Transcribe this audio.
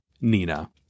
Nina